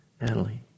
Natalie